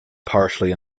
partially